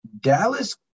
Dallas